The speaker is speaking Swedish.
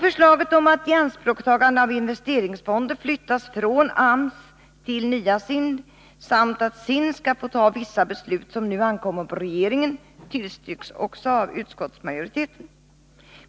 Förslaget om att ianspråktagande av investeringsfonder flyttas från AMS till nya SIND samt att SIND skall få ta vissa beslut som nu ankommer på regeringen tillstyrks av utskottet.